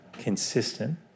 consistent